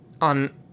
on